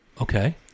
Okay